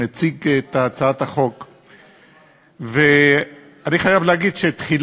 יקבל את הדין שלו, והוא לא ימשיך להיות חבר